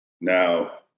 now